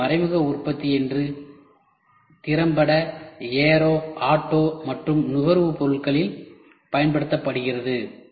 எனவே மறைமுக உற்பத்தி இன்று திறம்பட ஏரோ ஆட்டோ மற்றும் நுகர்வு பொருட்களில் பயன்படுத்தப்படுகிறது